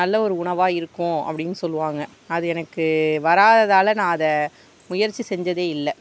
நல்ல ஒரு உணவாக இருக்கும் அப்படின் சொல்லுவாங்க அது எனக்கு வராததால் நான் அதை முயற்சி செஞ்சதே இல்லை